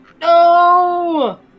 No